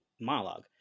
monologue